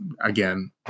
again